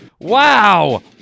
Wow